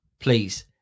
please